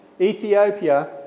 Ethiopia